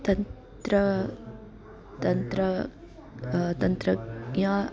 तन्त्रं तन्त्रं तन्त्रज्ञानं